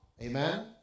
Amen